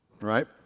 right